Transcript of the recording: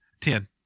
ten